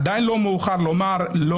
עדיין לא מאוחר לומר לא.